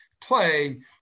play